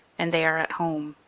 and they are at home.